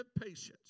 Patience